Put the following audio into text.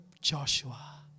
Joshua